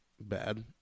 bad